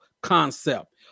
concept